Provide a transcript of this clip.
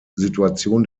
situation